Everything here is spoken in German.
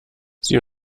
sie